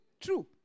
True